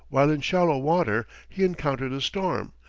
while in shallow water, he encountered a storm,